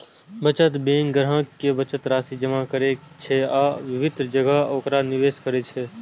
बचत बैंक ग्राहक के बचत राशि जमा करै छै आ विभिन्न जगह ओकरा निवेश करै छै